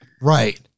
Right